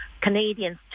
Canadians